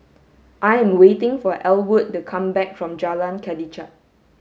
I am waiting for Elwood to come back from Jalan Kelichap